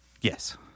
Yes